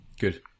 good